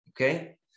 okay